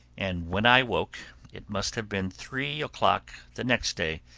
and when i woke it must have been three o'clock the next day,